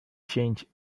change